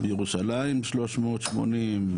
ירושלים 380,